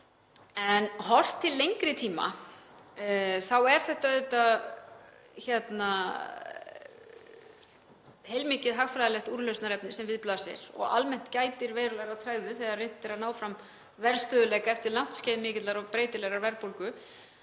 Ef horft er til lengri tíma þá er þetta auðvitað heilmikið hagfræðilegt úrlausnarefni sem við blasir og almennt gætir verulegrar tregðu þegar reynt er að ná fram verðstöðugleika eftir langt skeið mikillar og breytilegrar verðbólgu